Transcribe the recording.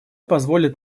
позволит